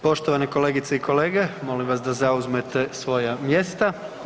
Poštovane kolegice i kolege, molim vas da zauzmete svoja mjesta.